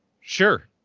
sure